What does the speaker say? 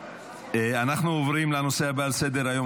אנחנו עוברים לנושא הבא על סדר-היום,